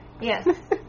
Yes